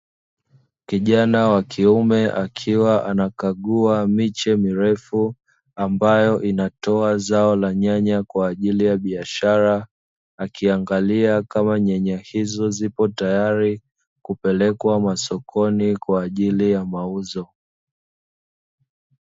Kijana wa kiume akiwa anakagua miche mirefu ambayo inatoa zao la nyanya kwa ajili ya biashara, akiangalia kama nyanya hizo zipo tayari kupelekwa masokoni kwa ajili ya mauzo.